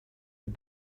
had